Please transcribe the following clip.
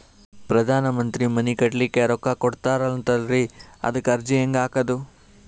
ಪ್ರಧಾನ ಮಂತ್ರಿ ಮನಿ ಕಟ್ಲಿಕ ರೊಕ್ಕ ಕೊಟತಾರಂತಲ್ರಿ, ಅದಕ ಅರ್ಜಿ ಹೆಂಗ ಹಾಕದು?